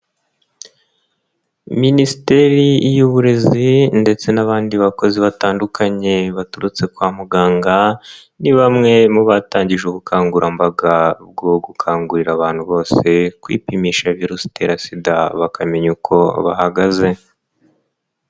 Minisiteri y'Uburezi ndetse n'abandi bakozi batandukanye baturutse kwa muganga, ni bamwe mu batangije ubukangurambaga bwo gukangurira abantu bose kwipimisha virusi itera SIDA bakamenya uko bahagaze.